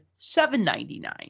799